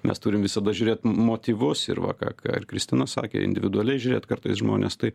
mes turim visada žiūrėt m motyvus ir va ką ką ir kristina sakė individualiai žiūrėt kartais žmonės tai